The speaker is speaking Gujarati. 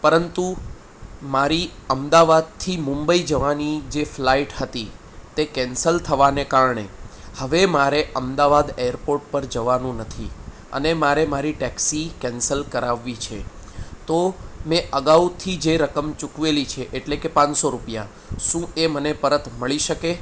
પરંતુ મારી અમદાવાદથી મુંબઈ જવાની જે ફ્લાઇટ હતી તે કેન્સલ થવાને કારણે હવે મારે અમદાવાદ એરપોટ પર જવાનું નથી અને મારે મારી ટેક્સી કેન્સલ કરાવવી છે તો મેં અગાઉથી જે રકમ ચૂકવેલી છે એટલે કે પાંચસો રૂપિયા શું એ મને પરત મળી શકે